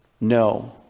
no